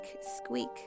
squeak